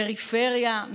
פריפריה,